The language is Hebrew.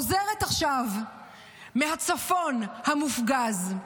אני חוזרת עכשיו מהצפון המופגז.